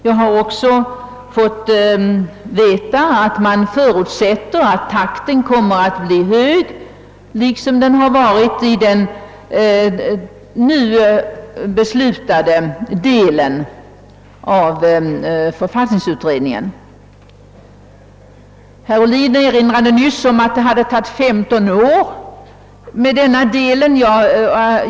Jag har också fått veta att man förutsätter ati takten kommer att bli hög liksom den varit i den redan: beslutade delen av författningsutredningen. Herr Ohlin erinrade nyligen om att det tagit 15 år med denna del.